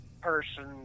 person